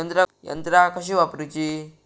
यंत्रा कशी वापरूची?